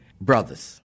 brothers